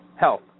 Health